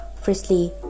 Firstly